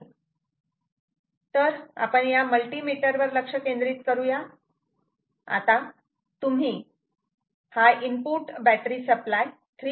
तर आपण या मल्टी मीटर वर लक्ष केंद्रित करू या आता तुम्ही हा इनपुट बॅटरी सप्लाय 3